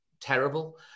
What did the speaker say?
terrible